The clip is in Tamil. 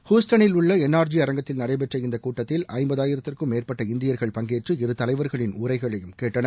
ஹுஸ்டனில் உள்ள என்ஆர்ஜி அரங்கத்தில் நடைபெற்ற இந்த கூட்டத்தில் ஐம்பதாயிரத்திற்கும் மேற்பட்ட இந்தியர்கள் பங்கேற்று இருதலைவர்களின் உரைகளையும் கேட்டனர்